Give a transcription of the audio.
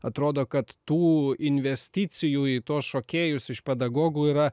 atrodo kad tų investicijų į tuos šokėjus iš pedagogų yra